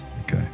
Okay